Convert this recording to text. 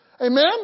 Amen